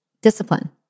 discipline